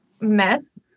mess